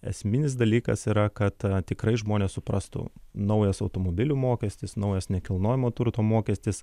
esminis dalykas yra kad tikrai žmonės suprastų naujas automobilių mokestis naujas nekilnojamojo turto mokestis